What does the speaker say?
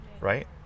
Right